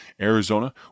Arizona